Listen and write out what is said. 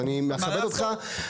אז אני מכבד אותך.